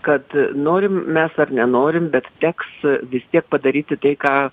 kad norim mes ar nenorim bet teks vis tiek padaryti tai ką